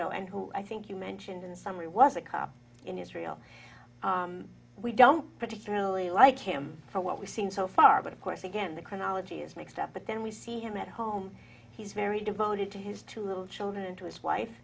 dando and who i think you mentioned in summary was a cop in israel we don't particularly like him for what we've seen so far but of course again the chronology is mixed up but then we see him at home he's very devoted to his two little children and to his wife